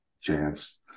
chance